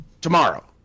tomorrow